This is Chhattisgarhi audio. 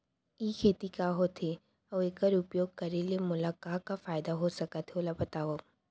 ई खेती का होथे, अऊ एखर उपयोग करे ले मोला का का फायदा हो सकत हे ओला बतावव?